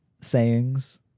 sayings